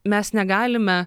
mes negalime